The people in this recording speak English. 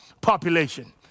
population